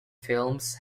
films